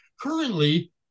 Currently